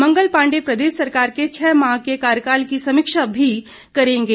मंगल पांडेय प्रदेश सरकार के छह माह के कार्यकाल की समीक्षा भी करेंगे